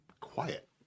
quiet